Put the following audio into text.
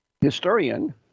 historian